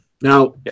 Now